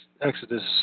Exodus